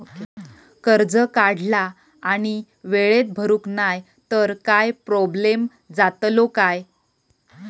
कर्ज काढला आणि वेळेत भरुक नाय तर काय प्रोब्लेम जातलो काय?